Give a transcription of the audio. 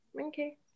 okay